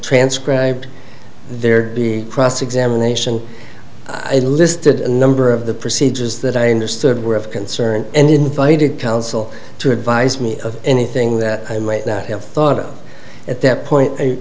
transcribed there'd be cross examination listed a number of the procedures that i understood were of concern and invited counsel to advise me of anything that i might not have thought of at that point i